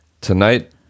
Tonight